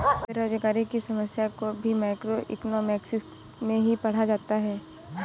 बेरोजगारी की समस्या को भी मैक्रोइकॉनॉमिक्स में ही पढ़ा जाता है